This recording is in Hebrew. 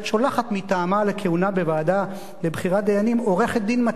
שולחת מטעמה לכהונה בוועדה לבחירת דיינים עורכת-דין מתאימה,